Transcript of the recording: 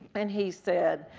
and he said,